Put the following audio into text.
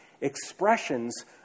expressions